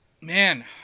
Man